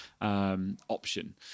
option